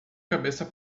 cabeça